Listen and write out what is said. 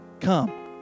come